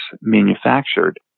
manufactured